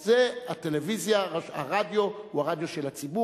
הטלוויזיה והרדיו הם של הציבור.